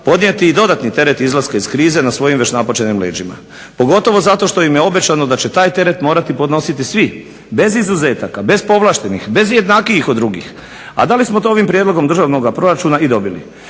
podnijeti i dodatni teret izlaska iz krize na svojim već napaćenim leđima. Pogotovo zato što im je obećano da će taj teret morati podnositi svi, bez izuzetaka, bez povlaštenih, bez jednakijih od drugih. A da li smo to ovim prijedlogom državnoga proračuna i dobili?